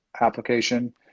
application